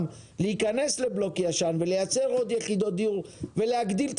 להיכנס לבלוק ישן ולייצר עוד יחידות דיור ולהגדיל את